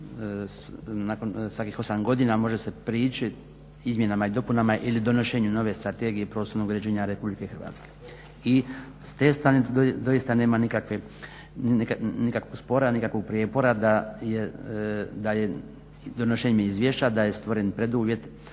svakih 8 godina može se prići izmjenama i dopunama ili donošenju nove Strategije prostornog uređenja Republike Hrvatske. I s te strane doista nema nikakvog spora, nikakvog prijepora da je, donošenjem izvješća da je stvoren preduvjet